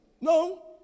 No